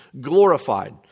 glorified